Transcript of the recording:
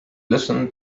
listen